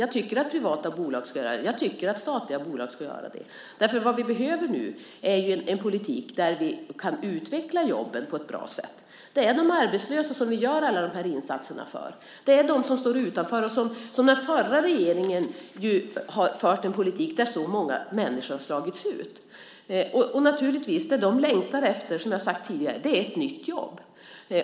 Jag tycker att privata bolag ska göra det. Jag tycker att statliga bolag ska göra det. Vad vi behöver nu är en politik där vi kan utveckla jobben på ett bra sätt. Det är de arbetslösa som vi gör alla dessa insatser för. Det är de som står utanför. Den förra regeringen förde ju en politik som har gjort att så många människor har slagits ut. Det de längtar efter är naturligtvis, som jag har sagt tidigare, ett nytt jobb.